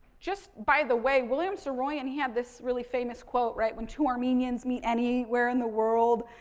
just, by the way, william saroyan, he had this really famous quote, right, when two armenians meet anywhere in the world,